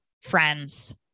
friends